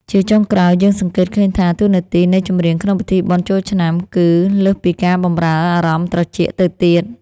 ជាចុងក្រោយ យើងសង្កេតឃើញថា តួនាទីនៃចម្រៀងក្នុងពិធីបុណ្យចូលឆ្នាំ គឺលើសពីការបម្រើអារម្មណ៍ត្រចៀកទៅទៀត។